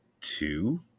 two